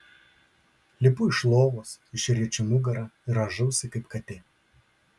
lipu iš lovos išriečiu nugarą ir rąžausi kaip katė